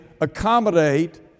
accommodate